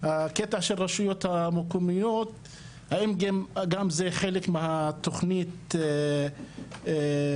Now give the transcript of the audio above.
הקטע של הרשויות המקומיות האם גם זה חלק מהתוכניות שלכם?